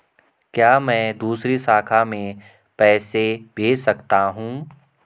क्या मैं दूसरी शाखा में पैसे भेज सकता हूँ?